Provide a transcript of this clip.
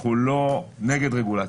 אנחנו לא נגד רגולציה.